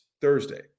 Thursday